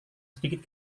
sedikit